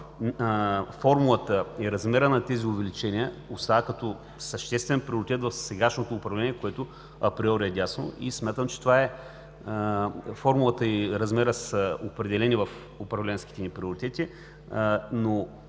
остава, формулата и размерът на тези увеличения остават като съществен приоритет в сегашното управление, което априори е дясно. Смятам, че формулата и размерът са определени в управленските ни приоритети, но